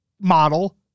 model